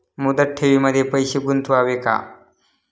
मुदत ठेवींमध्ये पैसे गुंतवावे का?